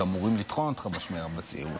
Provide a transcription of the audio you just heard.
אמורים לטחון אותך בשמירה בצעירות,